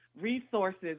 resources